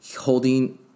holding